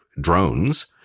drones